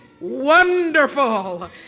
wonderful